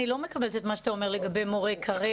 אני לא מקבלת את מה שאתה אומר לגבי מורי קרב,